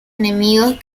enemigos